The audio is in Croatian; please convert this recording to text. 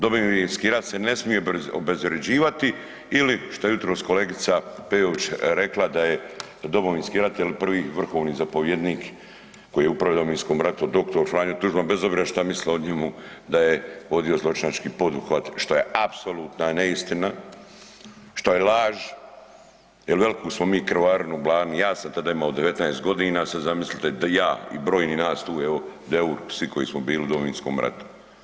Domovinski rat se ne smije obezvrjeđivati ili šta je jutros kolegica Peović rekla da je Domovinski rat i prvi vrhovni zapovjednik koji je upravljao u Domovinskom ratu, dr. Franjo Tuđman, bez obzira šta misle o njemu, da je vodio zločinački poduhvat što je apsolutna neistina, što je laž jer veliku smo mi krvarinu ... ja sam tada imao 19 g., sad zamislite ja i brojni nas tu, evo Deur, svi koji smo bili u Domovinskom ratu.